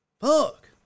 Fuck